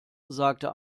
sagte